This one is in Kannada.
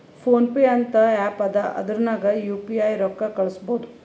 ಫೋನ್ ಪೇ ಅಂತ ಆ್ಯಪ್ ಅದಾ ಅದುರ್ನಗ್ ಯು ಪಿ ಐ ರೊಕ್ಕಾ ಕಳುಸ್ಬೋದ್